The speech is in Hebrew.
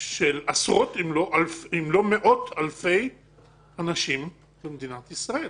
של עשרות אם לא מאות אלפי אנשים במדינת ישראל,